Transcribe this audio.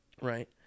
Right